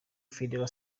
federal